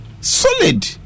Solid